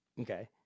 Okay